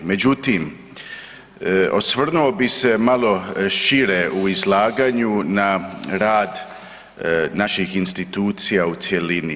Međutim, osvrnuo bi se malo šire u izlaganju na rad naših institucija u cjelini.